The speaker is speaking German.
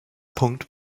punkt